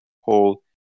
whole